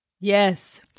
Yes